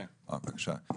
בבקשה.